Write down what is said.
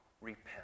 repent